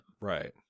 Right